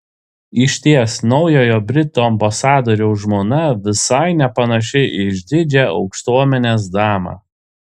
išties naujojo britų ambasadoriaus žmona visai nepanaši į išdidžią aukštuomenės damą